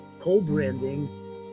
co-branding